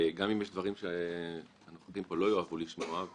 גם אם יש דברים שאנחנו יודעים שפה לא יאהבו לשמוע,